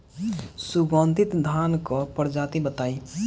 सुगन्धित धान क प्रजाति बताई?